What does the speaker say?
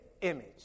image